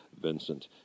Vincent